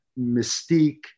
Mystique